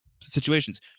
situations